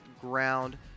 Ground